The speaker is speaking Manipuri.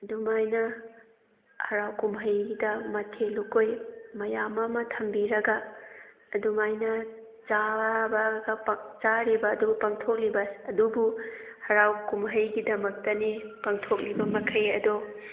ꯑꯗꯨꯃꯥꯏꯅ ꯍꯔꯥꯎ ꯀꯨꯝꯍꯩꯒꯤꯗ ꯃꯊꯦꯜ ꯂꯨꯀꯣꯏ ꯃꯌꯥꯝ ꯑꯃ ꯊꯝꯕꯤꯔꯒ ꯑꯗꯨꯃꯥꯏꯅ ꯆꯥꯔꯤꯕ ꯑꯗꯨ ꯄꯥꯡꯊꯣꯛꯂꯤꯕ ꯑꯗꯨꯕꯨ ꯍꯔꯥꯎ ꯀꯨꯝꯍꯩꯒꯤꯗꯃꯛꯇꯅꯤ ꯄꯥꯡꯊꯣꯛꯂꯤꯕ ꯃꯈꯩ ꯑꯗꯣ